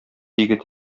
егет